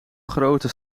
grote